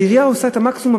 העירייה עושה את המקסימום,